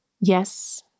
Yes